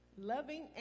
Loving